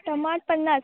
टमाट पन्नास